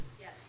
Yes